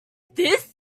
this